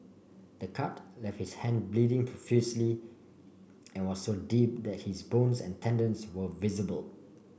the cut left his hand bleeding profusely and was so deep that his bones and tendons were visible